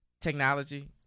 technology